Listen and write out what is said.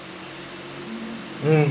hmm